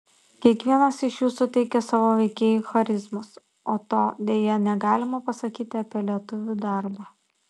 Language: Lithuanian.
kiekvienas iš jų suteikė savo veikėjui charizmos o to deja negalima pasakyti apie lietuvių darbą